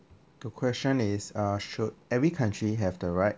the question is uh should every country have the right